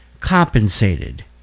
compensated